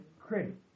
credit